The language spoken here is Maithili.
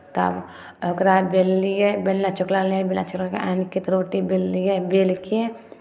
तब ओकरा बेललियै बेलना चकला लए बेलना चकलाकेँ आनि कऽ तऽ रोटी बेललियै बेलि कऽ